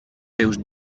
seus